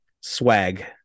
swag